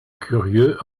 curieux